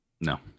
No